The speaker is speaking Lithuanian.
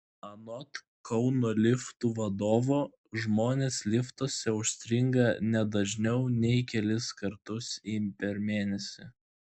anot kauno liftų vadovo žmonės liftuose užstringa ne dažniau nei kelis kartus per mėnesį